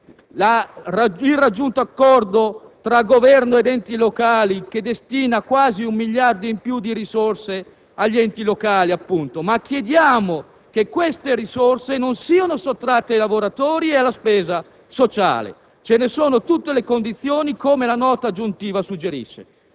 il raggiunto accordo tra Governo ed enti locali, che destina quasi un miliardo di euro in più di risorse agli enti locali, ma chiediamo che queste risorse non siano sottratte ai lavoratori e alla spesa sociale; ci sono tutte le condizioni per farlo, come la Nota aggiuntiva suggerisce.